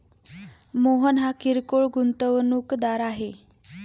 मोहन हा किरकोळ गुंतवणूकदार आहे